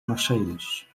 mercedes